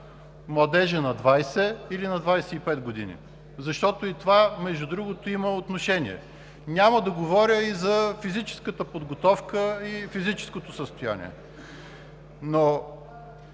младежът на 20 или на 25 години, защото и това, между другото, има отношение? Няма да говоря и за физическата подготовка и физическото състояние, но